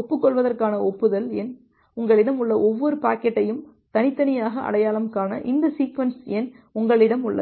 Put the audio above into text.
ஒப்புக்கொள்வதற்கான ஒப்புதல் எண் உங்களிடம் உள்ள ஒவ்வொரு பாக்கெட்டையும் தனித்தனியாக அடையாளம் காண இந்த சீக்வென்ஸ் எண் உங்களிடம் உள்ளது